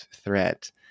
threat